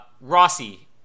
Rossi